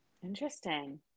interesting